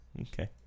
okay